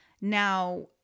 Now